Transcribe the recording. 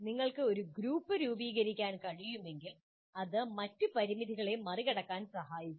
നിങ്ങൾക്ക് ഒരു ഗ്രൂപ്പ് രൂപീകരിക്കാൻ കഴിയുമെങ്കിൽ അത് മറ്റ് പരിമിതികളെ മറികടക്കാൻ സഹായിക്കുന്നു